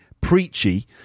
preachy